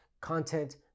content